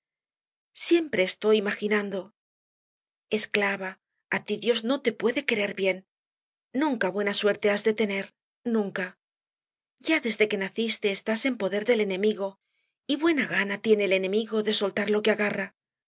siempre estoy imaginando esclava á ti dios no te puede querer bien nunca buena suerte has de tener nunca ya desde que naciste estás en poder del enemigo y buena gana tiene el enemigo de soltar lo que agarra